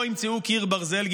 פה ימצאו קיר ברזל.